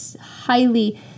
highly